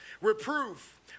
reproof